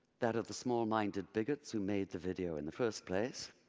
that of the small minded bigots who made the video in the first place.